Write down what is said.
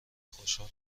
خوشحال